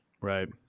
Right